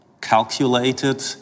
calculated